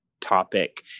topic